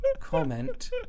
comment